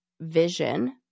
vision